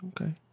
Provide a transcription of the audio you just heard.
okay